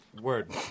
Word